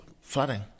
flooding